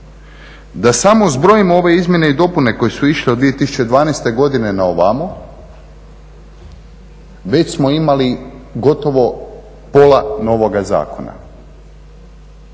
Da samo zbrojimo ove izmjene i dopune koje su išle od 2012. godine na ovamo već smo imali gotovo pola novoga zakona.